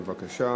בבקשה.